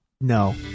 No